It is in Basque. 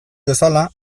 bezala